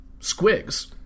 squigs